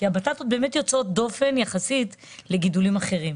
כי הבטטות יוצאות דופן יחסית לגידולים אחרים,